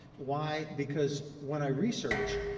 why? because when i research,